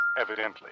Evidently